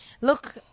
Look